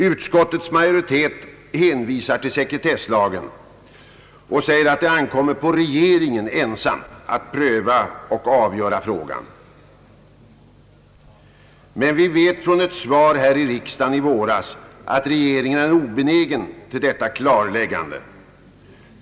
Utskottets majoritet hänvisar till sekretesslagen och framhåller, att det ankommer på regeringen ensam att pröva och avgöra frågan. Men från ett svar här i riksdagen i våras vet vi, att regeringen är obenägen till detta klarläggande.